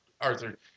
Arthur